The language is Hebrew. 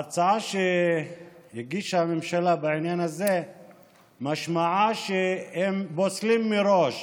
ההצעה שהגישה הממשלה בעניין הזה משמעה שהם פוסלים מראש